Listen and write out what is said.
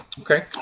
Okay